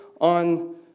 on